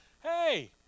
Hey